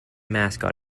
mascot